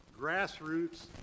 grassroots